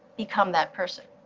become that person.